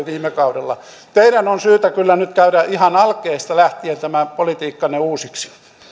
viime kaudella teidän on syytä kyllä nyt käydä ihan alkeista lähtien tämä politiikkanne uusiksi